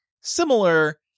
similar